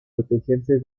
protegerse